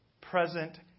present